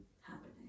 Happening